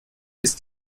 ist